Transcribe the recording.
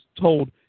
told